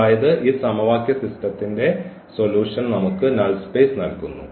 അതായത് ഈ സമവാക്യ സിസ്റ്റത്തിന്റെ സൊല്യൂഷൻ നമുക്ക് നൾ സ്പേസ് നൽകുന്നു